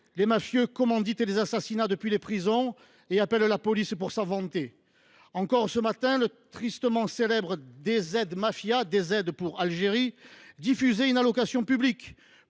les mafieux commanditent les assassinats depuis les prisons et appellent la police pour s’en vanter. Encore ce matin, le tristement célèbre cartel DZ Mafia – DZ veut dire Algérie – diffusait une allocution publique